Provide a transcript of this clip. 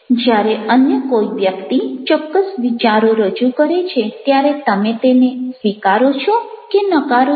જ્યારે અન્ય કોઈ વ્યક્તિ ચોક્કસ વિચારો રજૂ કરે છે ત્યારે તમે તેને સ્વીકારો છો કે નકારો છો